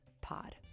pod